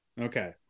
Okay